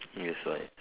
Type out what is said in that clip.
that's why